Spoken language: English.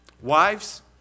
Wives